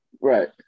Right